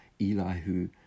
Elihu